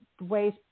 ways